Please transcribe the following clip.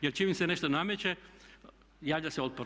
Jer čim se nešto nameće javlja se otpor.